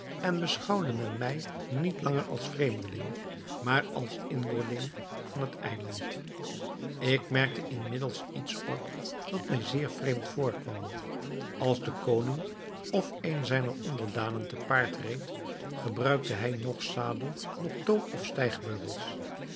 en beschouwde men mij niet langer als vreemdeling maar als inboorling van het eiland ik merkte inmiddels iets op dat mij zeer vreemd voorkwam als de koning of een zijner onderdanen te paard reed gebruikte hij noch zadel noch toom of stijgbeugels